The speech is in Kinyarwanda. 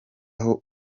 aho